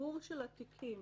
ששיעור התיקים